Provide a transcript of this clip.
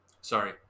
sorry